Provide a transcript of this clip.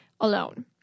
alone